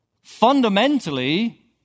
Fundamentally